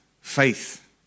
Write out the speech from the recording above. faith